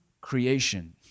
creation